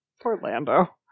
Orlando